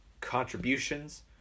contributions